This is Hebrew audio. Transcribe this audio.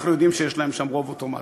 אנחנו יודעים שיש להם שם רוב אוטומטי.